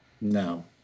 No